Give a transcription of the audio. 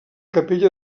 capella